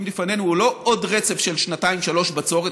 לפנינו הוא לא עוד רצף של שנתיים-שלוש בצורת,